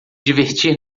divertir